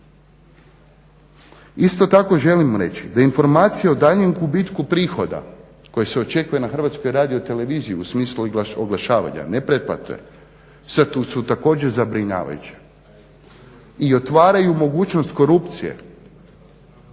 Isto tako želim reći da informacije o daljnjem gubitku prihoda koji se očekuje na HRT-u u smislu oglašavanja ne pretplate su također zabrinjavajuće i otvaraju mogućnost korupcije.